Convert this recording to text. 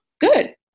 good